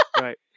Right